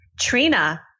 Trina